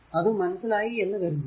അത് മനസ്സിലായി എന്ന് കരുതുന്നു